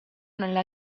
nella